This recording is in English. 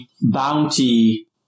bounty